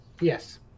Yes